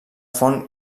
font